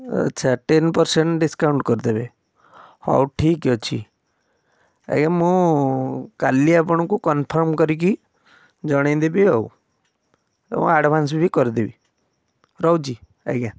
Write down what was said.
ଆଚ୍ଛା ten percent discount କରିଦେବେ ହଉ ଠିକ୍ ଅଛି ଆଜ୍ଞା ମୁଁ କାଲି ଆପଣଙ୍କୁ କନଫର୍ମ୍ କରିକି ଜଣାଇଦେବି ଆଉ ଏବଂ ଆଡ଼ଭାନ୍ସ୍ ବି କରିଦେବି ରହୁଛି ଆଜ୍ଞା